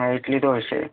હા એટલી તો હશે